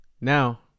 now